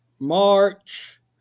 March